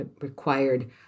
required